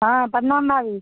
हँ प्रणाम माइ